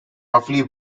roughly